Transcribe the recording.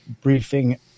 briefing